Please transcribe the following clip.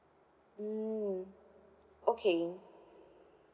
mm okay